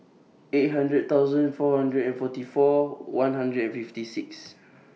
eight hundred thousand four hundred and forty four one hundred and fifty six